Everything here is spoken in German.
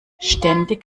ständig